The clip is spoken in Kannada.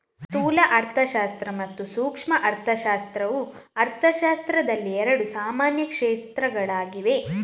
ಸ್ಥೂಲ ಅರ್ಥಶಾಸ್ತ್ರ ಮತ್ತು ಸೂಕ್ಷ್ಮ ಅರ್ಥಶಾಸ್ತ್ರವು ಅರ್ಥಶಾಸ್ತ್ರದಲ್ಲಿ ಎರಡು ಸಾಮಾನ್ಯ ಕ್ಷೇತ್ರಗಳಾಗಿವೆ